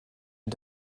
and